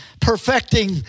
perfecting